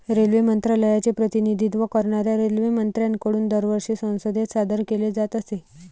railway मंत्रालयाचे प्रतिनिधित्व करणाऱ्या रेल्वेमंत्र्यांकडून दरवर्षी संसदेत सादर केले जात असे